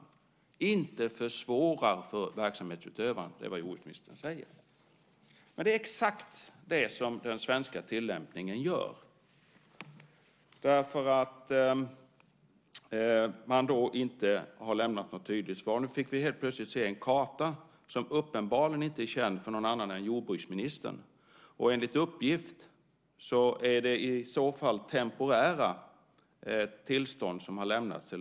Jordbruksministern säger alltså "inte försvårar för verksamhetsutövarna". Men det är exakt det som den svenska tillämpningen gör. Man har inte lämnat något tydligt svar. Nu fick vi helt plötsligt se en karta, som uppenbarligen inte är känd för någon annan än jordbruksministern. Enligt uppgift är det i så fall temporära tillstånd som har lämnats.